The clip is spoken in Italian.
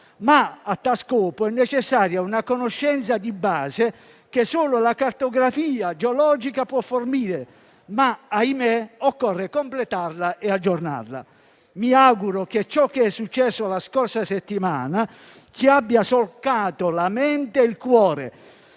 A tal scopo, è necessaria una conoscenza di base che solo la cartografia geologica può fornire, ma - ahimè - occorre completarla e aggiornarla. Mi auguro che quanto successo la scorsa settimana ci abbia solcato la mente e il cuore.